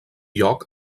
lloc